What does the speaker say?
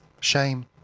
shame